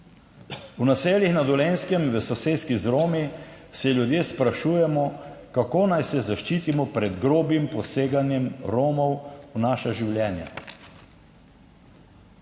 V naseljih na Dolenjskem, v soseski z Romi se ljudje sprašujemo, kako naj se zaščitimo pred grobim poseganjem Romov v naša življenja.